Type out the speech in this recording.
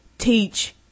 teach